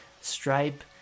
Stripe